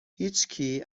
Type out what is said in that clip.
هیچکی